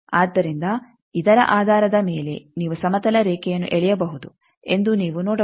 ಆದ್ದರಿಂದ ಇದರ ಆಧಾರದ ಮೇಲೆ ನೀವು ಸಮತಲ ರೇಖೆಯನ್ನು ಎಳೆಯಬಹುದು ಎಂದು ನೀವು ನೋಡಬಹುದು